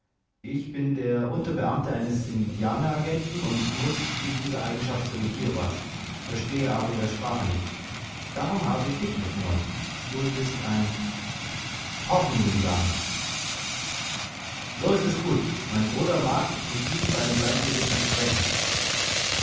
ich bin der unterbeamte eines indianeragenten und muß in dieser eigenschaft zu den kiowas verstehe aber ihre sprache nicht darum habe ich dich mitgenommen du bist ein pawnee indianer so ist es gut mein bruder mag mit diesen beiden bleichgesichtern sprechen